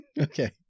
okay